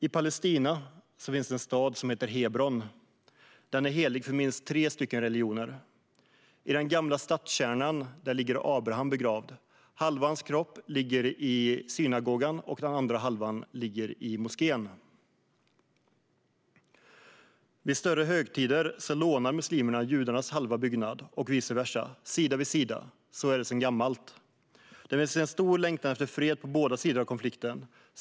I Palestina finns det en stad som heter Hebron. Den är helig för minst tre religioner. I den gamla stadskärnan ligger Abraham begravd. Halva hans kropp ligger i synagogan, och den andra halvan ligger i moskén. Vid större högtider lånar muslimerna judarnas byggnad och vice versa. Sida vid sida - så är det sedan gammalt. Det finns en stark längtan efter fred på båda sidor av konflikten.